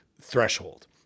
threshold